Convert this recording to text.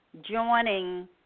joining